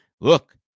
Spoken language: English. Look